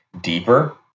deeper